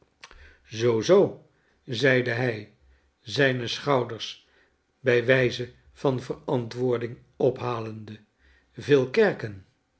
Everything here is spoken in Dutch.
zoo zoo zeide hij zijne schouders bij wijze van verantwoording ophalende veel kerken